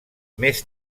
més